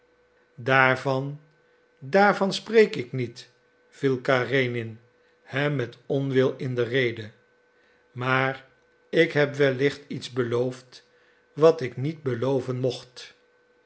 daarvan daarvan spreek ik niet viel karenin hem met onwil in de rede maar ik heb wellicht iets beloofd wat ik niet beloven mocht